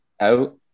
out